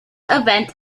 event